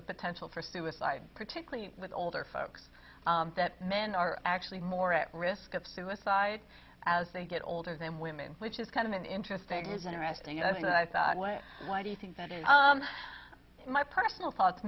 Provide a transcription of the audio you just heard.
the potential for suicide particularly with older folks that men are actually more at risk of suicide as they get older than women which is kind of an interesting is interesting i thought i thought what why do you think that is my personal thoughts